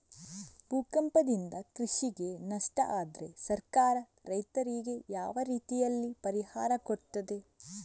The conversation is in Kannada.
ಭೂಕಂಪದಿಂದ ಕೃಷಿಗೆ ನಷ್ಟ ಆದ್ರೆ ಸರ್ಕಾರ ರೈತರಿಗೆ ಯಾವ ರೀತಿಯಲ್ಲಿ ಪರಿಹಾರ ಕೊಡ್ತದೆ?